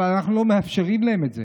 אבל אנחנו לא מאפשרים להם את זה,